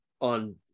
on